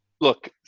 look